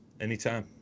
Anytime